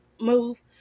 move